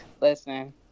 Listen